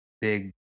big